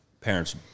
parents